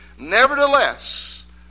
Nevertheless